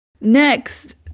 next